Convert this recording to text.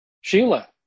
Sheila